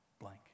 blank